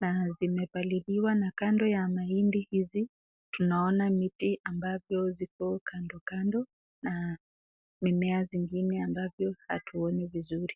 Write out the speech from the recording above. na zimepaliliwa na kando ya mahindi hizi naona miti ambazo ziko kando kando na mimea mimea zingine ambavyo zimepandwa.